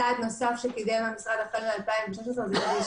טעיתי, טעיתי.